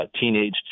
teenage